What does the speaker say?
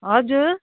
हजुर